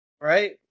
Right